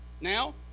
now